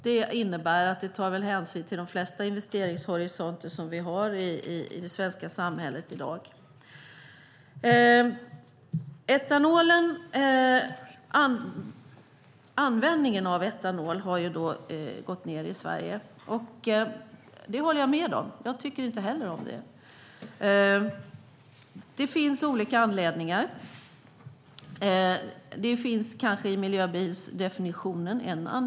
Det innebär att det tar hänsyn till de flesta investeringshorisonter som finns i det svenska samhället i dag. Användningen av etanol har gått ned i Sverige. - Jag tycker inte heller om det. - Det finns olika anledningar. En anledning kanske finns i miljöbilsdefinitionen.